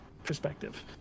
Perspective